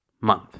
month